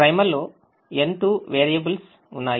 Primal లో n2 variables ఉన్నాయి